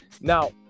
Now